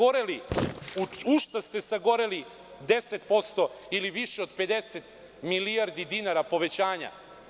U šta ste sagoreli 10% ili više od 50 milijardi dinara povećanja?